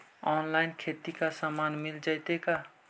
Online खेती के सामान मिल जैतै का?